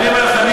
אני אומר לך,